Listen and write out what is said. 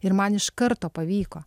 ir man iš karto pavyko